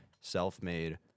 self-made